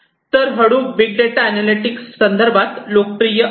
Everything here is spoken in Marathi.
तर हडूप बिग डेटा अनॅलिटिक्स च्या संदर्भात लोकप्रिय आहे